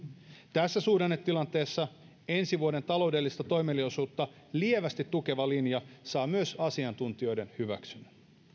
tässä suhdannetilanteessa ensi vuoden taloudellista toimeliaisuutta lievästi tukeva linja saa myös asiantuntijoiden hyväksynnän